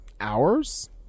hours